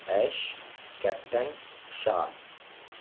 hash captain shark